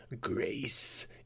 grace